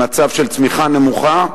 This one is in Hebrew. במצב של צמיחה נמוכה.